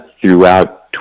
throughout